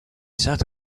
sat